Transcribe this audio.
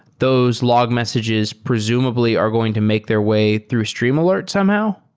those log messages presumably are going to make their way through streamalert somehow?